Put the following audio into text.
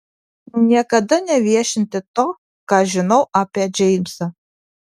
niekada neviešinti to ką žinau apie džeimsą